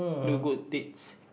do good deeds